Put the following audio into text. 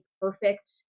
perfect